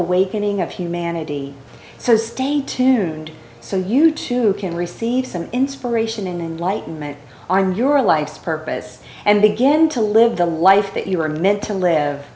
awakening of humanity so stay tuned so you too can receive some inspiration and light moment on your life's purpose and begin to live the life that you were meant to live